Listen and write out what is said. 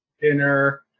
dinner